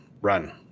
run